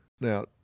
Now